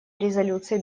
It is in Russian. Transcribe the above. резолюции